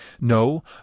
No